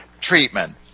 Treatment